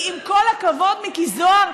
כי עם כל הכבוד, מיקי זוהר,